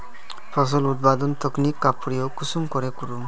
फसल उत्पादन तकनीक का प्रयोग कुंसम करे करूम?